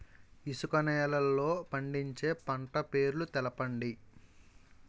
ఇసుక నేలల్లో పండించే పంట పేర్లు తెలపండి?